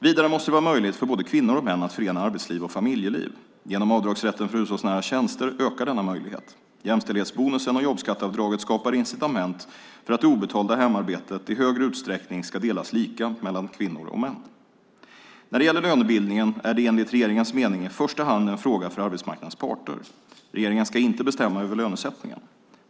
Vidare måste det vara möjligt för både kvinnor och män att förena arbetsliv och familjeliv. Genom avdragsrätten för hushållsnära tjänster ökar denna möjlighet. Jämställdhetsbonusen och jobbskatteavdraget skapar incitament för att det obetalda hemarbetet i högre utsträckning ska delas lika mellan kvinnor och män. Lönebildningen är enligt regeringens mening i första hand en fråga för arbetsmarknadens parter. Regeringen ska inte bestämma över lönesättningen.